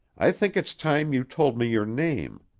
i think it's time you told me your name.